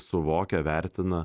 suvokia vertina